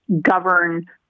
govern